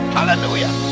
Hallelujah